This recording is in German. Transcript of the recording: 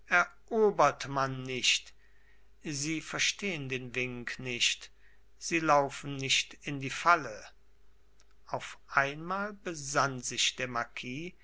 erobert man nicht sie verstehen den wink nicht sie laufen nicht in die falle auf einmal besann sich der